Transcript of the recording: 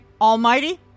Almighty